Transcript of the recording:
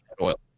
oil